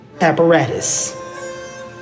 apparatus